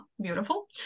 Beautiful